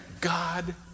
God